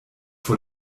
vor